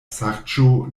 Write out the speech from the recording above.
ŝarĝo